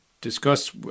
discuss